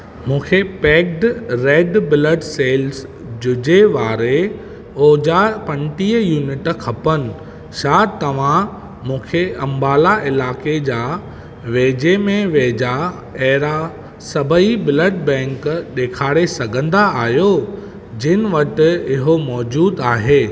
मूंखे packed red blood cell जुजे वारे ओझा पंटीह यूनिट खपनि छा तव्हां मूंखे अम्बाला इलाइक़े जा वेझे में वेझा अहिड़ा सभई ब्लड बैंक ॾेखारे सघंदा आहियो जिनि वटि इहो मौजूद आहे